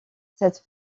cette